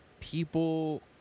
people –